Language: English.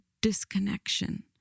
disconnection